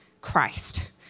Christ